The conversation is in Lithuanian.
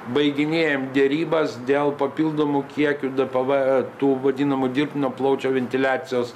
baiginėjam derybas dėl papildomų kiekių dpv tų vadinamų dirbtinio plaučio ventiliacijos